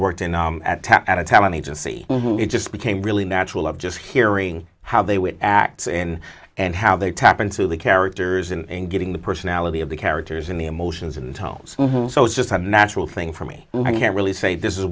worked in at a talent agency who just became really natural of just hearing how they would act in and how they tap into the characters and getting the personality of the characters in the emotions and so it's just a natural thing for me i can't really say this is